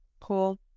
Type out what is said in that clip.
cool